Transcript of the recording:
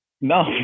No